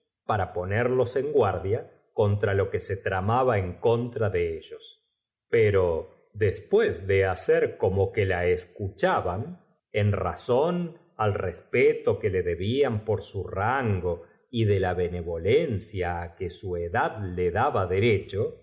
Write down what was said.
para ponerlos en guardia contra lo que se tla tras sus cortesanos le comparaba á césar maba en contra de ellos pero después de y á alejandro hacer como que la escucbabau en razón sólo la reina estaba triste é inquieta al respelo que la debían por su rango y de conocía á la surizona y sospechaba que la benevolencia á que su edad le daba de